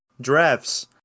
drafts